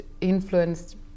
influenced